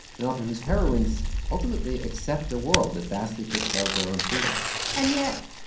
an author whose heroines ultimately accept a world that vastly curtails their own freedom and yet,